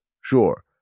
Sure